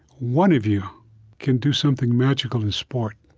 one of you can do something magical in sport.